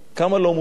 כמה לא מוצלח.